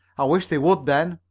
i wish they would then,